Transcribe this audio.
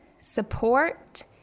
support